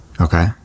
Okay